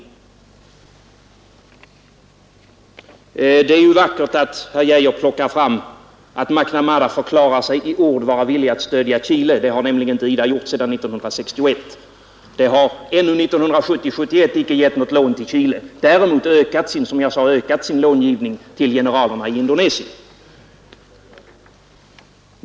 Det är ju vackert att herr Geijer plockar fram den omständigheten att herr McNamara förklarar sig i ord vara villig att stödja Chile. Det har nämligen IDA inte gjort sedan 1961. Ännu 1970/71 har något lån icke givits till Chile. Däremot har man, som jag sade, ökat sin långivning till generalerna i Indonesien.